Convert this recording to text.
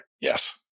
Yes